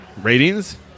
ratings